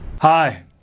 Hi